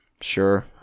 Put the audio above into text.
Sure